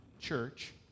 church